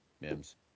Mims